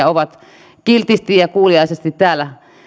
ovat kiltisti ja kuuliaisesti täällä